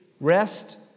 Rest